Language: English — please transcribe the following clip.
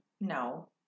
No